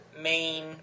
main